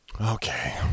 Okay